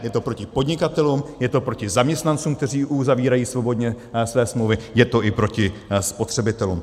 Je to proti podnikatelům, je to proti zaměstnancům, kteří uzavírají svobodně své smlouvy, je to i proti spotřebitelům.